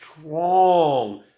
strong